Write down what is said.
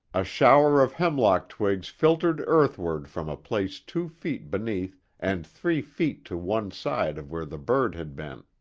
a shower of hemlock twigs filtered earthward from a place two feet beneath and three feet to one side of where the bird had been.